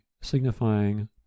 signifying